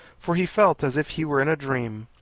for he felt as if he were in a dream.